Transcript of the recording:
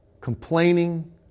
complaining